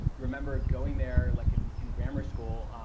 remember going there like in in grammar school,